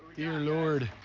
dear lord.